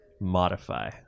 modify